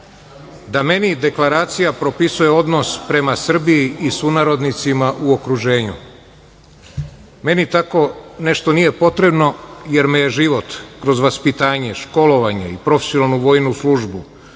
Da meni deklaracija propisuje odnos prema Srbiji i sunarodnicima u okruženju? Meni tako nešto nije potrebno, jer me je život kroz vaspitanje, školovanje i profesionalnu vojnu službu